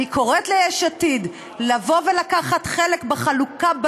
אני קוראת ליש עתיד לבוא ולקחת חלק בחלוקה,